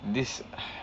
this